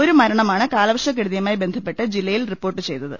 ഒരു മരണമാണ് കാലവർഷ കെടുതിയുമായി ബന്ധപ്പെട്ട് ജില്ലയിൽ റിപ്പോർട്ട് ചെയ്തത്